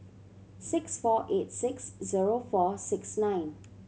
six four eight six zero four six nine